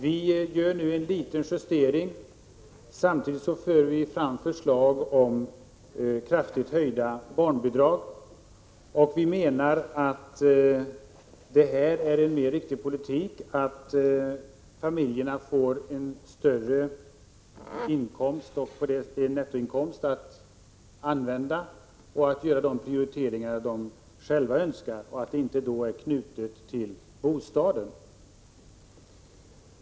Vi föreslår nu en liten justering, och samtidigt för vi fram förslag om kraftigt höjda barnbidrag. Vi menar att det är en riktig politik att familjerna får en större nettoinkomst att använda och att de kan göra de prioriteringar de själva önskar, utan knytning till bostaden.